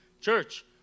church